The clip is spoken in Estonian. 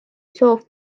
soov